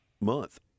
month